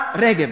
רגב,